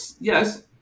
Yes